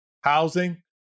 housing